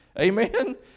Amen